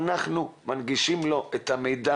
באיזה עמוד?